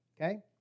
Okay